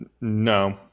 No